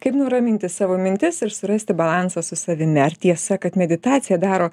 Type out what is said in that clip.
kaip nuraminti savo mintis ir surasti balansą su savimi ar tiesa kad meditacija daro